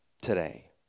today